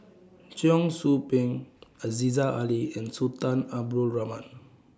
Cheong Soo Pieng Aziza Ali and Sultan Abdul Rahman